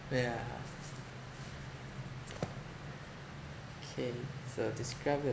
yeah K so describe the